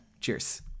Cheers